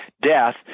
death